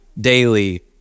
daily